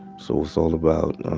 so, it's all about